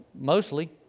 mostly